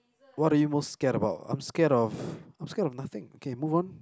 what are you most scared about I'm scared of I'm scared of nothing okay move on